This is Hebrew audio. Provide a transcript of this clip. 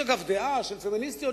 יש אגב דעה של פמיניסטיות,